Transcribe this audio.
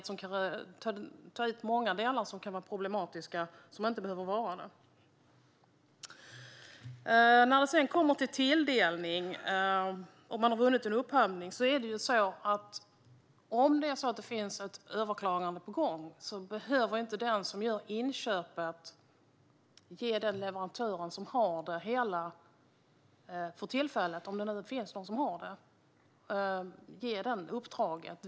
Många delar som kan vara problematiska behöver ju kanske inte vara det. Om man har vunnit en upphandling och det kommer till tilldelning är det ju så att om det finns ett överklagande på gång så behöver inte den som gör inköpet ge den leverantören uppdraget som har det hela för tillfället.